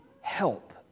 help